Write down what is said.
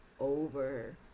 over